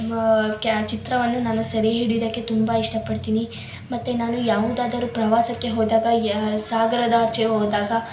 ಕ್ಯಾ ಚಿತ್ರವನ್ನು ನಾನು ಸೆರೆ ಹಿಡ್ಯೋದಕ್ಕೆ ತುಂಬ ಇಷ್ಟಪಡ್ತೀನಿ ಮತ್ತು ನಾನು ಯಾವುದಾದರೂ ಪ್ರವಾಸಕ್ಕೆ ಹೋದಾಗ ಯ ಸಾಗರದಾಚೆ ಹೋದಾಗ